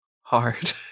hard